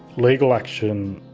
legal action